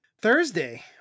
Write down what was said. Thursday